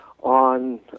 on